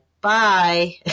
bye